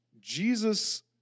Jesus